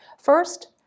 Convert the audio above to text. First